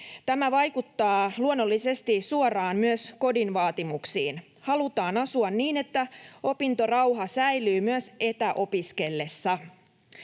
Tämä vaikuttaa luonnollisesti suoraan myös kodin vaatimuksiin: halutaan asua niin, että opintorauha säilyy myös etäopiskellessa.